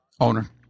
owner